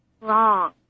wrong